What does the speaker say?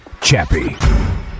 Chappie